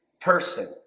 person